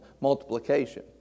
multiplication